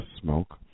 smoke